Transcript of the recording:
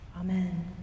Amen